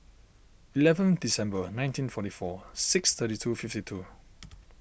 eleven December nineteen forty four six thirty two fifty two